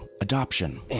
Adoption